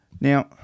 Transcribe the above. Now